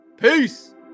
Peace